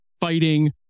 fighting